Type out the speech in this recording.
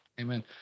Amen